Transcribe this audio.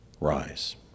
rise